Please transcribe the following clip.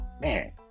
Man